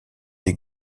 les